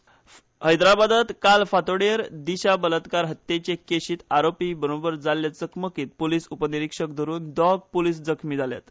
दिशा encounter हैद्राबादात काल फांतोडेर दिशा बलात्कार हत्येचे केशीत आरोपी बरोबर जाल्ले चकमकीत पूलीस उपनिरीक्षक धरुन दोग पूलीस जखमी जाल्यात